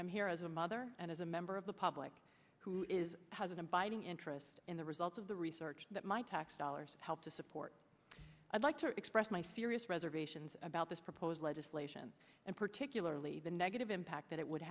i'm here as a mother and as a member of the public who is has an abiding interest in the results of the research that my tax dollars help to support i'd like to express my serious reservations about this proposed legislation and particularly the negative impact that it would